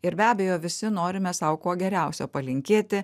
ir be abejo visi norime sau kuo geriausio palinkėti